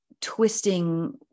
twisting